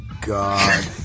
God